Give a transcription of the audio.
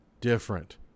different